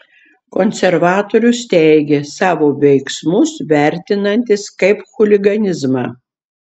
konservatorius teigė savo veiksmus vertinantis kaip chuliganizmą